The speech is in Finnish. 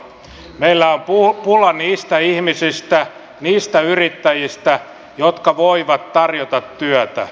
meillä on pula niistä ihmisistä niistä yrittäjistä jotka voivat tarjota työtä